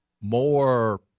More